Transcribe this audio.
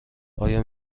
آیا